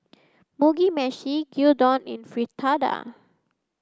Mugi Meshi Gyudon and Fritada